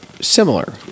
similar